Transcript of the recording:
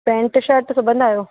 pant shirt सिबंदा आहियो